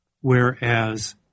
whereas